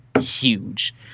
huge